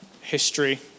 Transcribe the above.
history